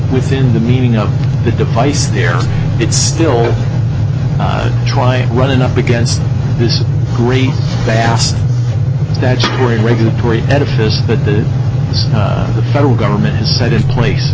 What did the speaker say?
within the meaning of the device there it's still try running up against this great bass statutory regulatory edifice but that the federal government has set in place